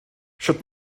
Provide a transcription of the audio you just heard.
sut